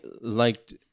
liked